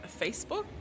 Facebook